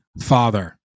father